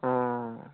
অঁ